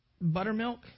Buttermilk